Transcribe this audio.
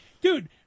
Dude